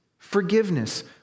forgiveness